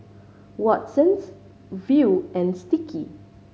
Watsons Viu and Sticky